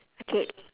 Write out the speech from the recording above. okay